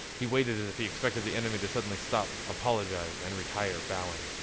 he waited as if he expected the enemy to suddenly stop, apologize, and retire bowing.